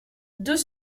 deux